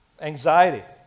Anxiety